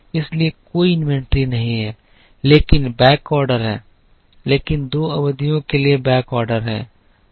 इसलिए कोई इन्वेंट्री नहीं है लेकिन बैकऑर्डर है लेकिन दो अवधियों के लिए बैकऑर्डर है